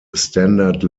standard